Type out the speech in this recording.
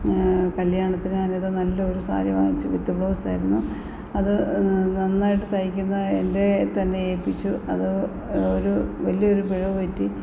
കല്യാണത്തിന് അനിത നല്ലൊരു സാരി വാങ്ങിച്ചു വിത്ത് ബ്ലൗസ് ആയിരുന്നു അത് നന്നായിട്ട് തയ്കുന്നെ എൻറ്റേ തന്നെ ഏൽപിച്ചു അത് ഒരു വലിയൊരു പിഴവുപറ്റി